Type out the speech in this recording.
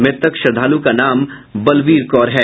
मृतक श्रद्धालु का नाम बलवीर कौर है